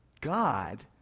God